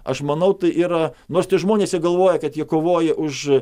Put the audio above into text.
aš manau tai yra nors tie žmonės jie galvoja kad jie kovoja už